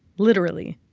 literally.